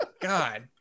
God